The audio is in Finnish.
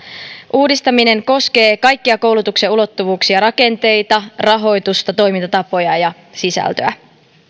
uudistaminen koskee kaikkia koulutuksen ulottuvuuksia rakenteita rahoitusta toimintatapoja ja sisältöä